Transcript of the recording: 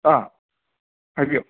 ꯑꯥ ꯍꯥꯏꯕꯤꯌꯣ